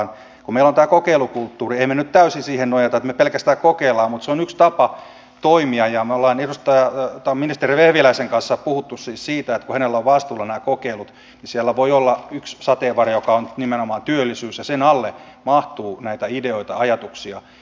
kun meillä on tämä kokeilukulttuuri emme me nyt täysin siihen nojaa että me pelkästään kokeilemme mutta se on yksi tapa toimia ja me olemme ministeri vehviläisen kanssa puhuneet siis siitä kun hänellä on vastuullaan nämä kokeilut ja siellä voi olla yksi sateenvarjo joka on nimenomaan työllisyys ja sen alle mahtuu näitä ideoita ja ajatuksia